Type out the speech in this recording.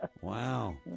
wow